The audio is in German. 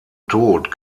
tod